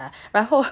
真的真的